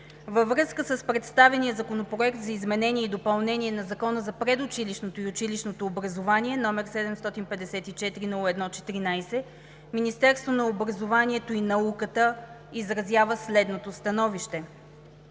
Във връзка с представения Законопроект за изменение и допълнение на Закона за предучилищното и училищното образование, № 754-01-14, Министерството на образованието и науката изразява следното становище: